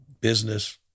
business